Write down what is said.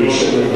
אני לא שומע.